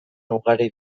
ugari